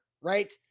right